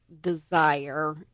desire